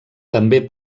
també